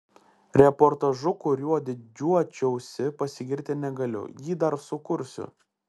reportažu kuriuo didžiuočiausi pasigirti negaliu jį dar sukursiu